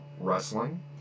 wrestling